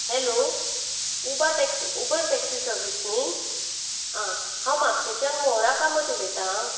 hello उबा taxi Uber taxi service नी आं हांव म्हापशेच्यान मोहरा कामत उलयता आं